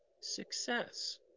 success